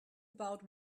about